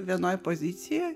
vienoj pozicijoj